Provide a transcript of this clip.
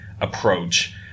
approach